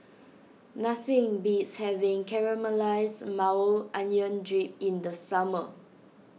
nothing beats having Caramelized Maui Onion Dip in the summer